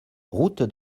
route